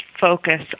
focus